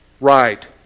right